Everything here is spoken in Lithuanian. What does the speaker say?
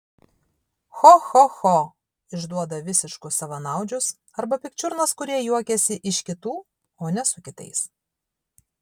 cho cho cho išduoda visiškus savanaudžius arba pikčiurnas kurie juokiasi iš kitų o ne su kitais